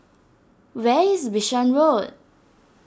where is Bishan Road